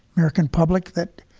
american public, that